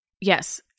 yes